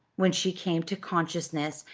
when she came to consciousness,